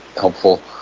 helpful